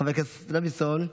חבר הכנסת דוידסון,